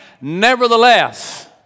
nevertheless